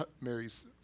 Mary's